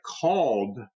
called